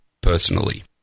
personally